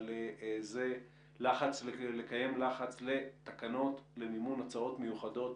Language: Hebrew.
אבל לקיים לחץ לתקנות למימון הוצאות מיוחדות